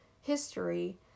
history